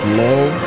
love